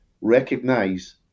recognize